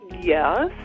yes